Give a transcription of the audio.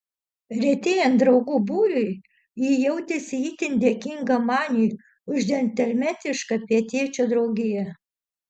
retėjant draugų būriui ji jautėsi itin dėkinga maniui už džentelmenišką pietiečio draugiją